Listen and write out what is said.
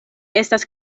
estas